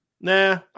Nah